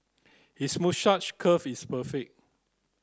his moustache curl is perfect